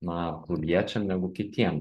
na klubiečiam negu kitiem